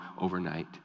overnight